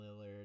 Lillard